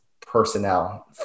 personnel